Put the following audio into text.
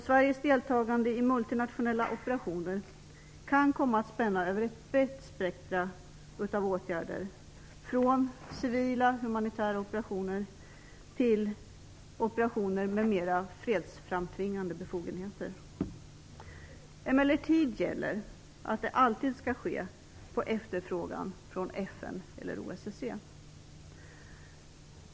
Sveriges deltagande i multinationella operationer kan komma att spänna över ett brett spektrum av åtgärder från civila, humanitära operationer till operationer med mera fredsframtvingande befogenheter. Emellertid gäller att detta alltid skall ske efter efterfrågan från FN eller OSSE.